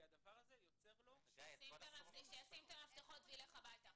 הדבר הזה יוצר --- אז שישים את המפתחות וילך הביתה.